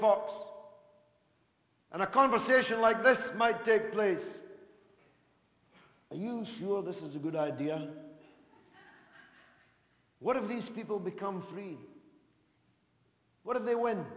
fox and a conversation like this might take place i am sure this is a good idea what if these people become free what if they win